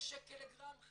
6 שקלים לגרם,